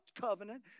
covenant